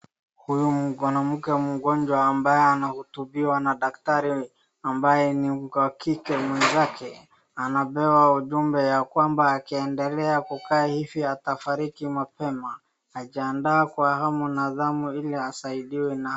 Huyu mwanamke mgonjwa ambaye anahutubiwa na daktari ambaye ni wa kike mwenzake. Anapewa ujumbe ya kwamba akiendelea kukaa hivi atafariki mapema. Anajianda kwa hamu na ghamu ili asaidiwe.